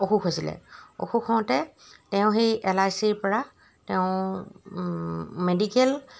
অসুখ হৈছিলে অসুখ হওঁতে তেওঁ সেই এল আই চিৰপৰা তেওঁ মেডিকেল